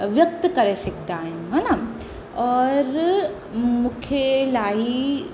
व्यक्त करे सघंदा आहियूं है न और मूंखे इलाही